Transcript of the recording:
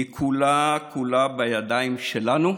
היא כולה כולה בידיים שלנו,